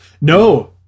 No